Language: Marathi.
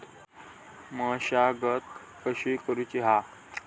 मशागत कशी करूची हा?